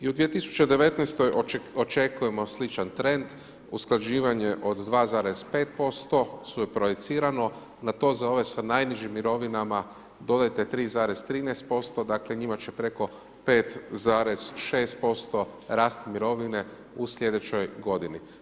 I u 2019. očekujemo sličan trend, usklađivanje od 2,5% suproicirano, na to za ove sa najnižim mirovinama dodajte 3,13%, dakle njima će preko 5,6% rasti mirovine u sljedećoj godini.